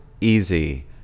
easy